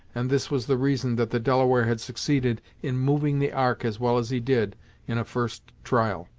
and this was the reason that the delaware had succeeded in moving the ark as well as he did in a first trial.